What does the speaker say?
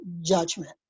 judgment